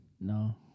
No